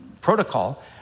protocol